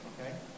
Okay